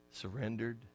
Surrendered